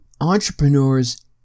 entrepreneurs